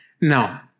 Now